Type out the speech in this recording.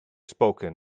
spoken